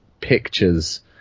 pictures